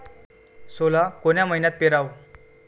सोला कोन्या मइन्यात पेराव?